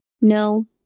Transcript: No